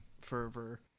fervor